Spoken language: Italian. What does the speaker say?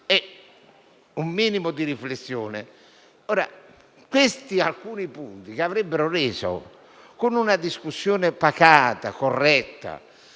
un minimo di riflessione.